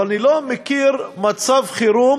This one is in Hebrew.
אבל אני לא מכיר מצב חירום